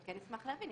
אני כן אשמח להבין.